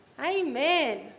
Amen